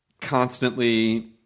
constantly –